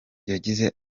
yagize